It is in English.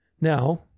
Now